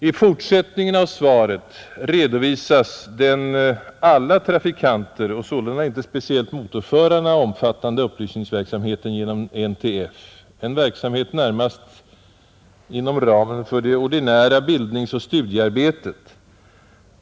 I fortsättningen av svaret redovisas den alla trafikanter — och sålunda inte speciellt motorförarna — omfattande upplysningsverksamheten genom NTF, en verksamhet närmast inom ramen för det ordinära bildningsoch studiearbetet.